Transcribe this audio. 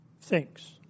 Thinks